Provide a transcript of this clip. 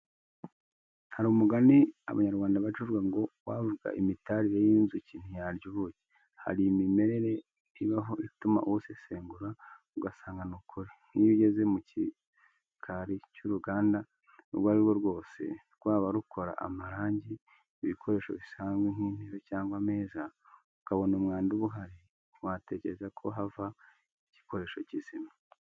Hari umugani Abanyarwanda baca uvuga ngo: ''Uwavuga imitarire y'inzuki ntiyarya ubuki." Hari imimerere ibaho ituma uwusesengura ugasanga ni ukuri, nk'iyo ugeze mu gikari cy'uruganda urwo ari rwo rwose, rwaba rukora amarangi, ibikoresho bisanzwe nk'intebe cyangwa ameza, ukabona umwanda uba uhari, ntiwatekereza ko hava igikoresho kizima.